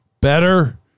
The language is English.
better